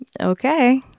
Okay